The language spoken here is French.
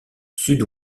sud